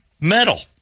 metal